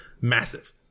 Massive